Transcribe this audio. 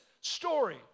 story